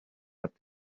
but